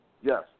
Yes